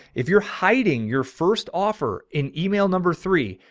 if you're hiding your first offer in email number three,